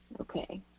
Okay